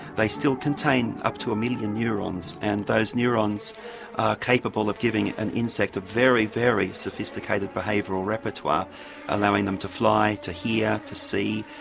they still contain up to a million neurons and those neurons are capable of giving an insect a very, very sophisticated behavioural repertoire allowing them to fly, to hear, to see,